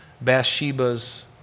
Bathsheba's